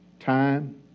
Time